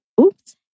Oops